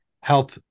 help